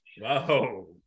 Whoa